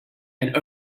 and